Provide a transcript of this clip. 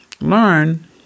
learn